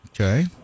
okay